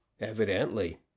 Evidently